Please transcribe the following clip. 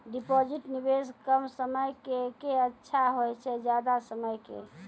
Deposit निवेश कम समय के के अच्छा होय छै ज्यादा समय के?